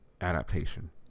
adaptation